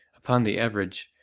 upon the average,